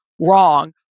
wrong